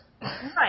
Right